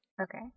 Okay